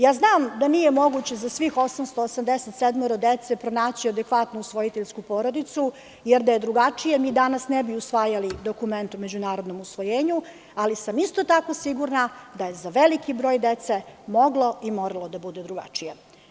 Ja znam da nije moguće za svih 887 dece pronaći adekvatnu usvojiteljsku porodicu, jer da je drugačije, mi danas ne bi usvajali dokument o međunarodnom usvojenju, ali sam isto tako sigurna da je za veliki broj dece moglo i moralo da bude drugačije.